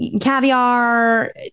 caviar